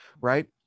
right